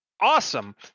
Awesome